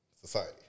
Society